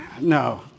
No